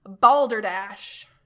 Balderdash